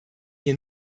hier